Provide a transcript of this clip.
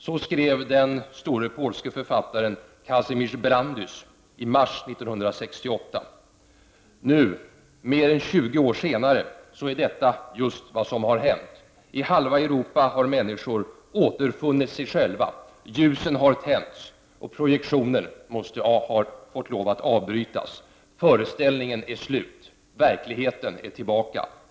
Så skrev den store polske författaren Kazimierz Brandys i mars 1968. Nu, mer än 20 år senare, är detta just vad som har hänt. I halva Europa har människor återfunnit sig själva, ljusen har tänts, och projektionen har fått lov att avbrytas. Föreställningen är slut, verkligheten är tillbaka.